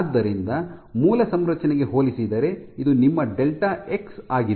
ಆದ್ದರಿಂದ ಮೂಲ ಸಂರಚನೆಗೆ ಹೋಲಿಸಿದರೆ ಇದು ನಿಮ್ಮ ಡೆಲ್ಟಾ ಎಕ್ಸ್ ಆಗಿದೆ